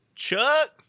Chuck